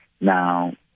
Now